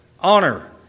honor